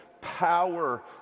power